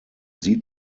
sieht